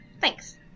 Thanks